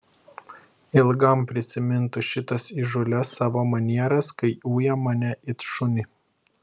ilgam prisimintų šitas įžūlias savo manieras kai uja mane it šunį